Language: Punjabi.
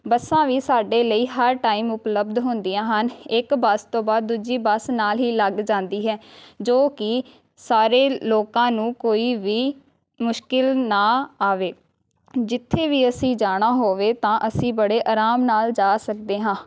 ਬੱਸਾਂ ਵੀ ਸਾਡੇ ਲਈ ਹਰ ਟਾਈਮ ਉਪਲੱਬਧ ਹੁੰਦੀਆਂ ਹਨ ਇੱਕ ਬੱਸ ਤੋਂ ਬਾਅਦ ਦੂਜੀ ਬੱਸ ਨਾਲ ਹੀ ਲੱਗ ਜਾਂਦੀ ਹੈ ਜੋ ਕਿ ਸਾਰੇ ਲੋਕਾਂ ਨੂੰ ਕੋਈ ਵੀ ਮੁਸ਼ਕਿਲ ਨਾ ਆਵੇ ਜਿੱਥੇ ਵੀ ਅਸੀਂ ਜਾਣਾ ਹੋਵੇ ਤਾਂ ਅਸੀਂ ਬੜੇ ਆਰਾਮ ਨਾਲ ਜਾ ਸਕਦੇ ਹਾਂ